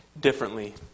differently